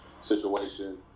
situation